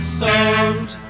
sold